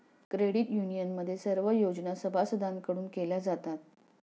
credit युनियनमध्ये सर्व योजना सभासदांकडून केल्या जातात